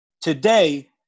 Today